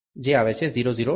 000 46